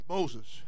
Moses